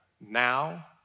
now